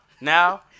now